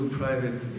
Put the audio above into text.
private